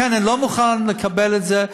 לכן אני לא מוכן לקבל את זה.